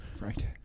right